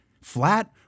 Flat